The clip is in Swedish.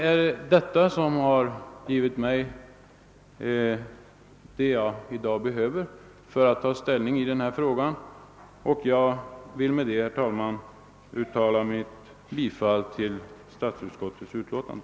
Jag har här redovisat det underlag som jag i dag anser mig behöva för att ta ställning i denna fråga, och jag yrkar bifall till utskottets hemställan.